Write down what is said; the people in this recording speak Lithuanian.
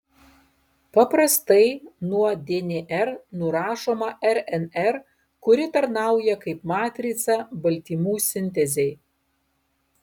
paprastai nuo dnr nurašoma rnr kuri tarnauja kaip matrica baltymų sintezei